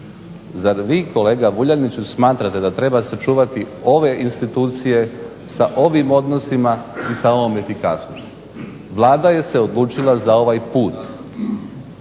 Zar vi kolega Vuljaniću smatrate da treba sačuvati ove institucije sa ovim odnosima i sa ovom efikasnošću. Vlada se odlučila za ovaj put.